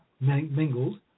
mingled